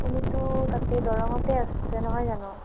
আপুনিতো তাতে দৰঙতে আছে নহয় জানো